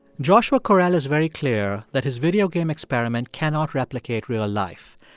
joshua correll is very clear that his video game experiment cannot replicate real life.